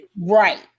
Right